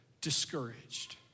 discouraged